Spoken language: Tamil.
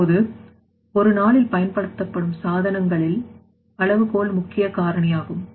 இப்போது ஒரு நாளில் பயன்படுத்தப்படும் சாதனங்களில் அளவுகோல் முக்கிய காரணியாகும்